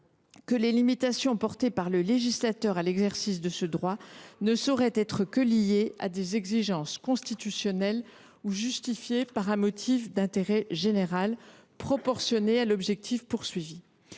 que « les limitations portées par le législateur à l’exercice de ce droit ne sauraient être que liées à des exigences constitutionnelles ou justifiées par un motif d’intérêt général et proportionnées à l’objectif poursuivi